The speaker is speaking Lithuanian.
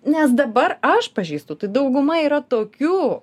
nes dabar aš pažįstu tai dauguma yra tokių